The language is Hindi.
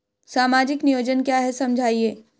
सामाजिक नियोजन क्या है समझाइए?